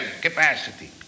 capacity